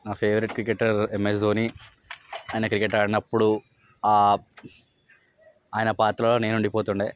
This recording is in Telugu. నా ఫేవరెట్ క్రికెటర్ ఎంఎస్ ధోని ఆయన క్రికెట్ ఆడినప్పుడు ఆ ఆయన పాత్రలో నేను ఉండిపోతుండె